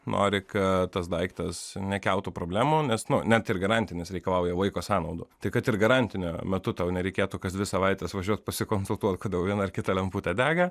nori kad tas daiktas nekeltų problemų nes nu net ir garantinis reikalauja laiko sąnaudų tai kad ir garantiniu metu tau nereikėtų kas dvi savaites važiuot pasikonsultuot kodėl viena ar kita lemputė dega